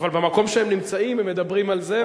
אבל במקום שהם נמצאים הם מדברים על זה,